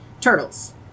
turtles